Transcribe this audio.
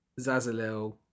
Zazalil